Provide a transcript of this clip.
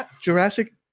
Jurassic